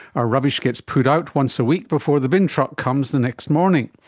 our rubbish gets put out once a week before the bin truck comes the next morning.